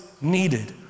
needed